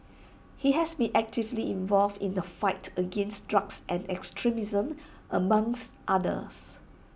he has been actively involved in the fight against drugs and extremism among others